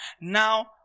now